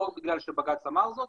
לא רק בגלל שבג"ץ אמר זאת,